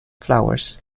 flowers